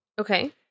Okay